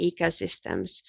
ecosystems